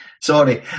Sorry